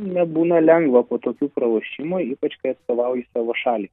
nebūna lengva po tokių pralošimų ypač kai atstovauji savo šalį